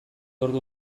ordu